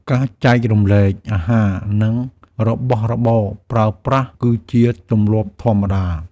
ការចែករំលែកអាហារ និងរបស់របរប្រើប្រាស់គឺជាទម្លាប់ធម្មតា។